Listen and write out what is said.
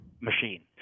machine